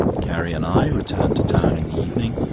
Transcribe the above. carrie and i returned to town in the evening.